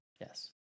Yes